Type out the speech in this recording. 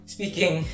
Speaking